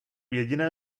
jediné